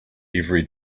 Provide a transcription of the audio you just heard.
every